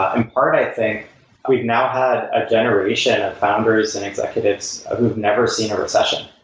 ah and part, i think we'd now had a generation of founders and executives who've never seen a recession,